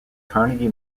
carnegie